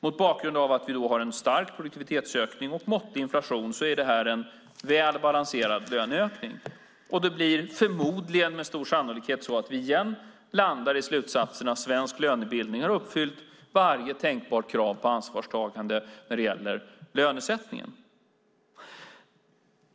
Mot bakgrund av att vi har en stark produktivitetsökning och måttlig inflation är det här en väl balanserad löneökning, och det blir med stor sannolikhet så att vi igen landar i slutsatsen att svensk lönebildning har uppfyllt varje tänkbart krav på ansvarstagande när det gäller lönesättningen.